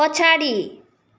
पछाडि